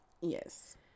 Yes